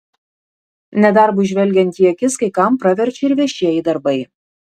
nedarbui žvelgiant į akis kai kam praverčia ir viešieji darbai